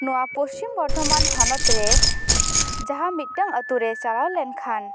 ᱱᱚᱣᱟ ᱯᱚᱪᱷᱤᱢ ᱵᱚᱨᱫᱷᱚᱢᱟᱱ ᱦᱚᱱᱚᱛ ᱨᱮ ᱡᱟᱦᱟᱸ ᱢᱤᱫᱴᱟᱝ ᱟᱛᱳᱨᱮ ᱪᱟᱞᱟᱣ ᱞᱮᱱᱠᱷᱟᱱ